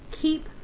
keep